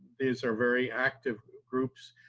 these are very active groups.